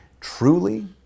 truly